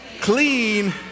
Clean